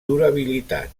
durabilitat